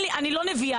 אני לא נביאה.